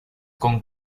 con